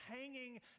hanging